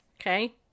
Okay